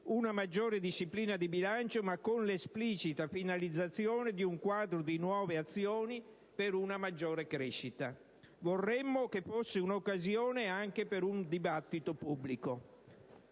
una maggiore disciplina di bilancio, ma con l'esplicita finalizzazione di un quadro di nuove azioni per una maggiore crescita. Vorremmo che fosse un'occasione anche per un dibattito pubblico.